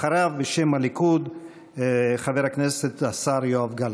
אחריו, בשם הליכוד, חבר הכנסת השר יואב גלנט.